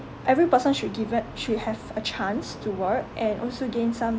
every person should given should have a chance to work and also gain some